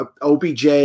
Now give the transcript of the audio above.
OBJ